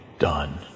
done